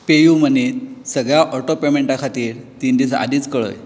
पेयूमनींत सगळ्या ऑटो पेमेंटां खातीर तीन दीस आदींच कळय